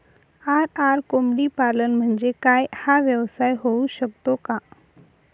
RR कोंबडीपालन म्हणजे काय? हा व्यवसाय होऊ शकतो का?